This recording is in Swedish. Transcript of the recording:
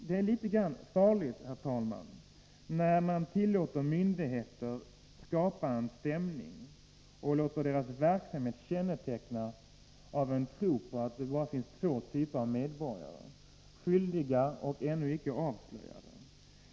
Det är litet farligt, herr talman, när nian tillåter myndigheter att skapa denna stämning och låter deras verksamhet kännetecknas av en tro på att det bara finns två typer av medborgare, nämligen skyldiga och ännu icke avslöjade.